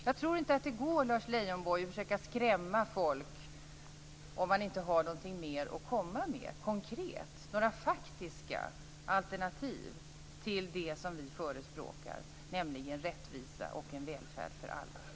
Jag tror inte, Lars Leijonborg, att det går att försöka skrämma folk om man inte har någonting mer att komma med konkret - faktiska alternativ till det som vi förespråkar, nämligen rättvisa och en välfärd för alla.